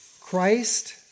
Christ